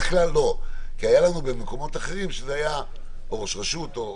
היו לנו במקומות אחרים שזה היה ראש רשות או